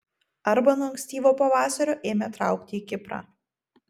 arba nuo ankstyvo pavasario ėmė traukti į kiprą